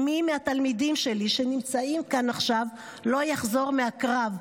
אם מי מהתלמידים שלי שנמצאים כאן עכשיו לא יחזור מהקרב,